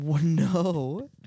No